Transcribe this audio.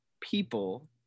people